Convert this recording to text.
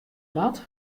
moat